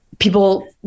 people